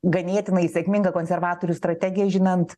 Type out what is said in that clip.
ganėtinai sėkminga konservatorių strategija žinant